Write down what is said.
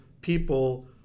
people